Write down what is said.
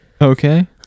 Okay